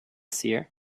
seer